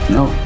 No